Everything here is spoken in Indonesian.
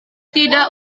tidak